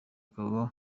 akaba